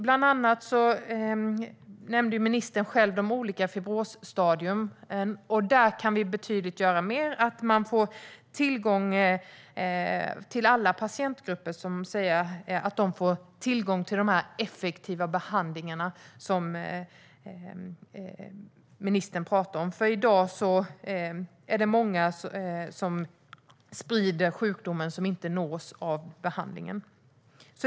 Bland annat nämnde ministern själv de olika fibrosstadierna, och vi kan göra betydligt mer så att alla patientgrupper får tillgång till de här effektiva behandlingarna som ministern talar om. I dag är det många som sprider sjukdomen och som inte nås av behandlingen.